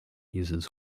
uses